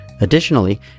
Additionally